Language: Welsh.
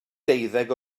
deuddeg